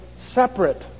separate